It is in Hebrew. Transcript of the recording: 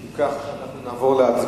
אם כך, אנחנו נעבור להצבעה.